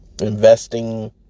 investing